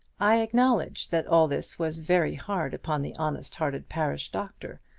i acknowledge that all this was very hard upon the honest-hearted parish doctor,